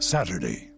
Saturday